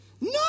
No